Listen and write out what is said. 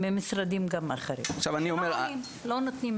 גם ממשרדים אחרים, שלא עונים, לא נותנים מידע.